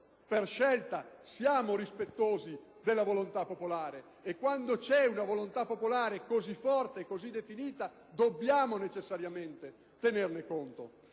e scelta siamo rispettosi della volontà popolare, e quando c'è una volontà popolare così forte e così definita dobbiamo necessariamente tenerne conto.